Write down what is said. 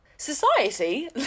Society